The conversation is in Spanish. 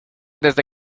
desde